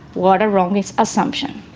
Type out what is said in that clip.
what a wrong assumption.